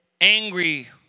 angry